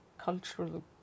cultural